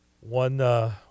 one